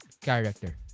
character